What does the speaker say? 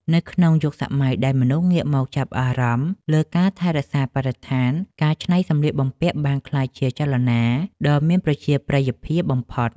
នៅក្នុងយុគសម័យដែលមនុស្សងាកមកចាប់អារម្មណ៍លើការថែរក្សាបរិស្ថាន ការកែច្នៃសម្លៀកបំពាក់បានក្លាយជាចលនាដ៏មានប្រជាប្រិយភាពបំផុត។